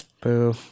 Boo